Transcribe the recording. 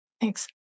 Thanks